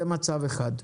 זה מצב אחד.